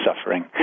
suffering